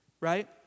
right